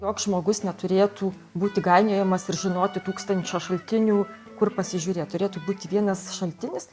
joks žmogus neturėtų būti gainiojamas ir žinoti tūkstančio šaltinių kur pasižiūrėt turėtų būt vienas šaltinis